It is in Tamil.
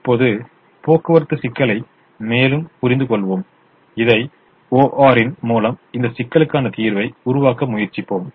இப்போது போக்குவரத்து சிக்கலை மேலும் புரிந்துகொள்வோம் இதை O R ன் மூலம் இந்த சிக்கலுக்கான தீர்வை உருவாக்க முயற்சிப்போம்